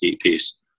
piece